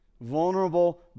Vulnerable